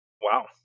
Wow